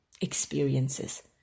experiences